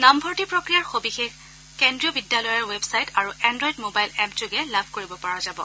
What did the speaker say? নামভৰ্তি প্ৰক্ৰিয়াৰ সৰিশেষ কেন্দ্ৰীয় বিদ্যালয়ৰ ৱেবচাইট আৰু এন্ড্ৰইড মোবাইল এপযোগে লাভ কৰিব পৰা যাব